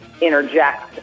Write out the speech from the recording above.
interject